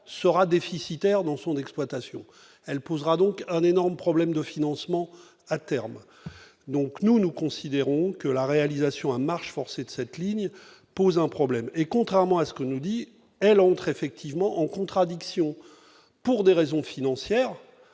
sera déficitaire dans son exploitation, elle posera donc un énorme problème de financement, à terme, donc nous nous considérons que la réalisation à marche forcée de cette ligne pose un problème, et contrairement à ce que nous dit-elle entre effectivement en contradiction, pour des raisons financières